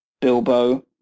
Bilbo